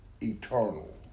eternal